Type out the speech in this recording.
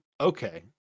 Okay